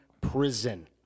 prison